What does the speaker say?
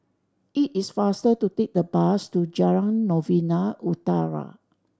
it is faster to take the bus to Jalan Novena Utara